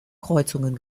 kreuzungen